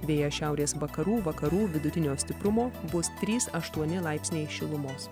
vėjas šiaurės vakarų vakarų vidutinio stiprumo bus trys aštuoni laipsniai šilumos